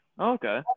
Okay